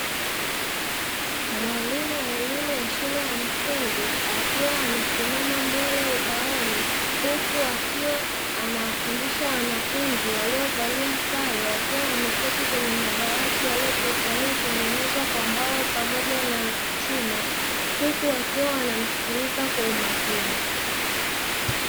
Mwalimu wa elimu ya shule ya msingi akiwa amesimama mbele ubaoni, huku akiwa anawafundisha wanafunzi walio valia sare wakiwa wameketi kwenye madawati yaliyo tengenezwa kwa mbao pamoja na chuma, huku wakiwa wanamsikiliza kwa umakini.